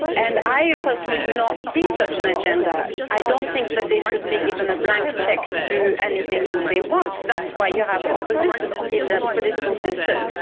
and i personally do not see such an agenda. i don't think that they should be given a blank cheque to do anything they want, that's why you have opposition in the political system.